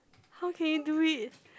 how can you do it